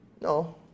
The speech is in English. No